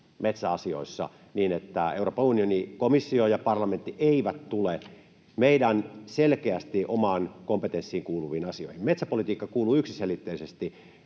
metsäasioissa, niin että Euroopan unioni, komissio ja parlamentti, eivät tule meidän selkeästi omaan kompetenssiin kuuluviin asioihin. Metsäpolitiikka kuuluu yksiselitteisesti